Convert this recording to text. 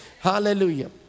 Hallelujah